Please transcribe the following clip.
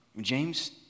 James